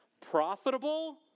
profitable